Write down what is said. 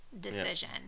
decision